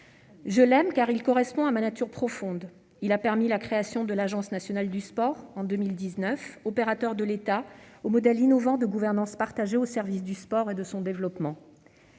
Je l'aime, car il correspond à ma nature profonde. Il a permis en 2019 la création de l'Agence nationale du sport, opérateur de l'État doté d'un modèle innovant de gouvernance partagée au service du sport et de son développement.